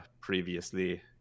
previously